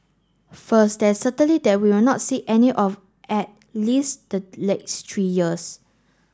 first there is certainty that we will not see any of at least the next three years